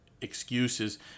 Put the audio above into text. excuses